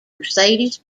mercedes